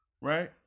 right